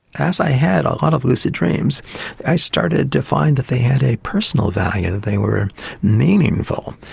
as i had a lot of lucid dreams i started to find that they had a personal value. they were meaningful.